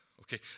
okay